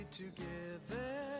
together